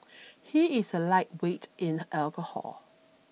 he is a lightweight in alcohol